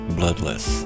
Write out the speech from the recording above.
Bloodless